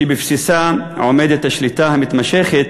שבבסיסה עומדת השליטה המתמשכת